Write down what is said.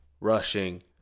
rushing